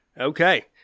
Okay